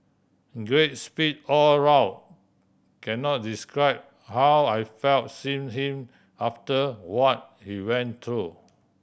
great speech all round can not describe how I felt seeing him after what he went through